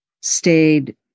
stayed